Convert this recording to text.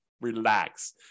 relax